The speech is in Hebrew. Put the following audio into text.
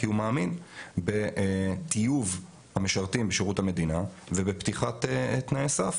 כי הוא מאמין בטיוב המשרתים בשירות המדינה ובפתיחת תנאי סף